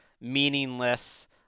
meaningless